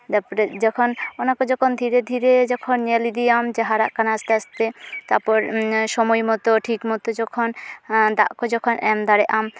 ᱛᱟᱨᱯᱚᱨᱮ ᱡᱚᱠᱷᱚᱱ ᱚᱱᱟᱠᱚ ᱡᱚᱠᱷᱚᱱ ᱫᱷᱤᱨᱮ ᱫᱷᱤᱨᱮ ᱡᱚᱠᱷᱚᱱ ᱧᱮᱞ ᱤᱫᱤᱭᱟᱢ ᱦᱟᱨᱟᱜ ᱠᱟᱱᱟᱜ ᱟᱥᱛᱮ ᱟᱥᱛᱮ ᱛᱟᱨᱯᱚᱨ ᱥᱚᱢᱚᱭ ᱢᱚᱛᱳ ᱴᱷᱤᱠ ᱢᱚᱛᱳ ᱡᱚᱠᱷᱚᱱ ᱫᱟᱜ ᱠᱚ ᱡᱚᱠᱷᱚᱱ ᱮᱢ ᱫᱟᱲᱮᱜᱼᱟᱢ